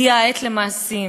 הגיעה העת למעשים.